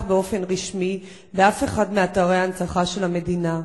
באופן רשמי באף אחד מאתרי ההנצחה של המדינה.